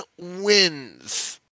wins